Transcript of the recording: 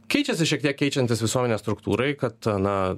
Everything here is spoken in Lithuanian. keičiasi šiek tiek keičiantis visuomenės struktūrai kad na